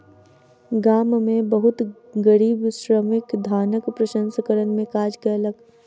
गाम में बहुत गरीब श्रमिक धानक प्रसंस्करण में काज कयलक